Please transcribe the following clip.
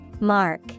Mark